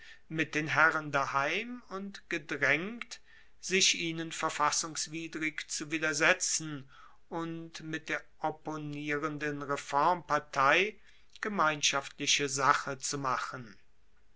mit den herren daheim und gedraengt sich ihnen verfassungswidrig zu widersetzen und mit der opponierenden reformpartei gemeinschaftliche sache zu machen